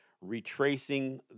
retracing